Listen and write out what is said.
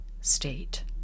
state